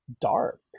dark